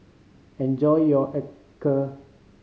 enjoy your acar